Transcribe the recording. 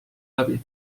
läbi